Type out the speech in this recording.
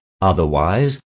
otherwise